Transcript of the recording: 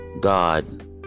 God